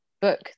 book